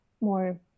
more